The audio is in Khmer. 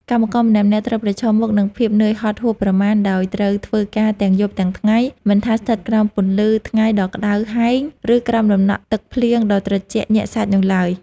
កម្មករម្នាក់ៗត្រូវប្រឈមមុខនឹងភាពនឿយហត់ហួសប្រមាណ ដោយត្រូវធ្វើការទាំងយប់ទាំងថ្ងៃ មិនថាស្ថិតក្រោមពន្លឺថ្ងៃដ៏ក្ដៅហែង ឬក្រោមតំណក់ទឹកភ្លៀងដ៏ត្រជាក់ញាក់សាច់នោះឡើយ។